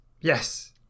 Yes